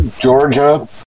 Georgia